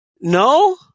no